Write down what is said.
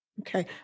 Okay